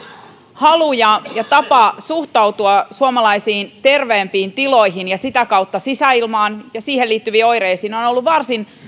halu ja ja tapa suhtautua suomalaisiin terveempiin tiloihin ja sitä kautta sisäilmaan ja siihen liittyviin oireisiin on ollut varsin